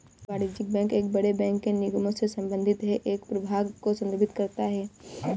वाणिज्यिक बैंक एक बड़े बैंक के निगमों से संबंधित है एक प्रभाग को संदर्भित करता है